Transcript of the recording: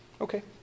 Okay